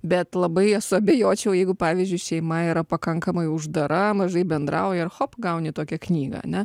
bet labai suabejočiau jeigu pavyzdžiui šeima yra pakankamai uždara mažai bendrauja ir hop gauni tokią knygą ane